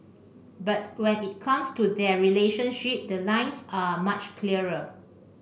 but when it comes to their relationship the lines are much clearer